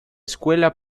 escuela